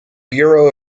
bureau